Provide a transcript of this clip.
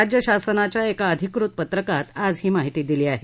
राज्यशासनाच्या एका अधिकृत पत्रकात आज ही माहिती दिली आहे